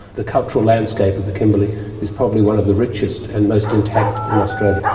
the cultural landscape of the kimberley is probably one of the richest and most intact in australia.